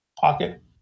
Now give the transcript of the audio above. pocket